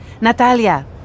Natalia